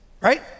right